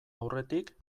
aurretik